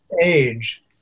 age